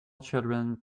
children